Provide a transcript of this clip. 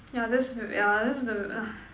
yeah that's v~ yeah that's the